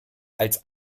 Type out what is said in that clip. als